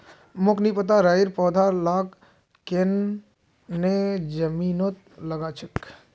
मोक नी पता राइर पौधा लाक केन न जमीनत लगा छेक